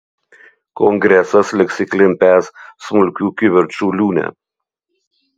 kongresas liks įklimpęs smulkių kivirčų liūne